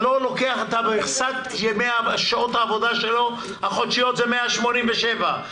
מכסת שעות העבודה החודשיות שלו 187,